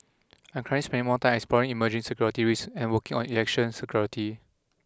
I'm currently spending more time exploring emerging security risks and working on election security